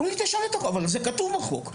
זה כן כתוב בחוק.